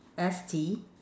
S T